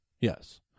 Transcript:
Yes